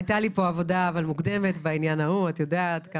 אבל את יודעת שהיתה לי עבודה מוקדמת בעניין ההוא,